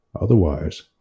Otherwise